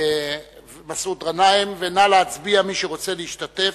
ומי שרוצה להשתתף,